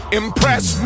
impress